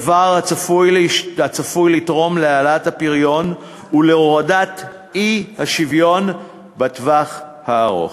דבר הצפוי לגרום להעלאת הפריון ולהורדת האי-שוויון בטווח הארוך.